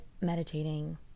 meditating